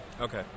Okay